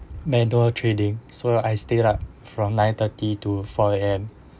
medal trading so I stayed up from nine thirty to four A_M